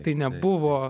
tai nebuvo